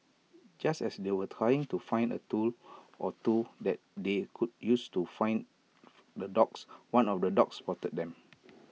just as they were trying to find A tool or two that they could use to fend the dogs one of the dogs spotted them